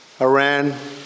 Iran